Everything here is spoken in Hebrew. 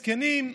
מסכנים.